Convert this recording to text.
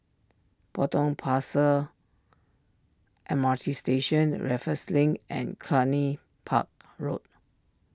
Potong Pasir M R T Station Raffles Link and Cluny Park Road